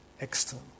external